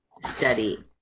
study